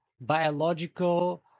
biological